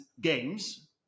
games